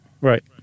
Right